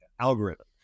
algorithm